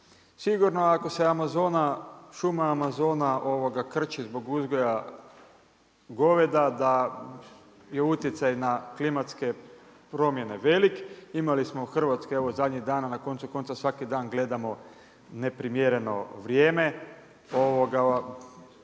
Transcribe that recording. Sigurno ako se Amazona, šuma Amazona krči zbog uzgoja goveda da je utjecaj na klimatske promjene velik, imali smo u Hrvatskoj evo zadnjih dana na koncu konca svaki dan gledamo neprimjereno vrijeme,